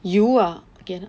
油啊给它